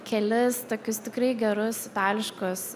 kelis tokius tikrai gerus itališkus